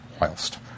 Whilst